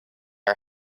are